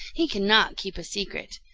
he cannot keep a secret.